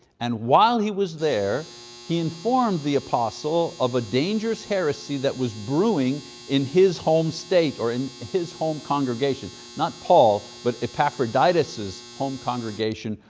and while he was there he informed the apostle of a dangerous heresy that was brewing in his home state or in his home congregation. not paul, but epaphroditus' home congregation,